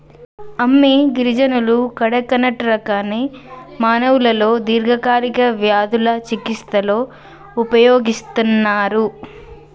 అమ్మి గిరిజనులు కడకనట్ రకాన్ని మానవులలో దీర్ఘకాలిక వ్యాధుల చికిస్తలో ఉపయోగిస్తన్నరు